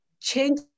change